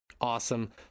awesome